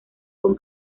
con